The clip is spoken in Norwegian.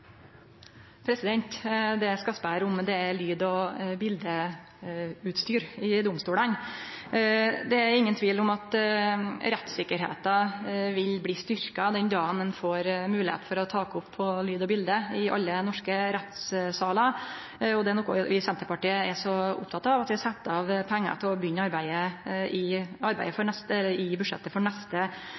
bildeutstyr i domstolane. Det er ingen tvil om at rettssikkerheita vil bli styrkt den dagen ein får høve til å ta opp lyd og bilde i alle norske rettssalar. Det er noko vi i Senterpartiet er så opptekne av at vi har sett av pengar til å begynne arbeidet i budsjettet for neste år. Vi har også tidlegare vore tydelege på at vi meiner det skal vere mogleg å bruke opptak i